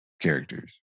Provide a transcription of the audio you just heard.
characters